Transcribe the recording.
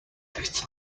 tastes